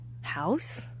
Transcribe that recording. house